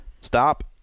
stop